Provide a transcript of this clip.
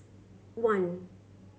one